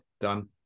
Done